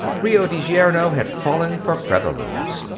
rio de janeiro had fallen for featherlooms.